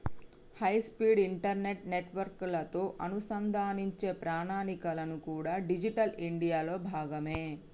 high speed internet నెట్వర్క్లతో అనుసంధానించే ప్రణాళికలు కూడా డిజిటల్ ఇండియాలో భాగమే